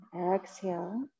Exhale